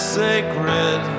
sacred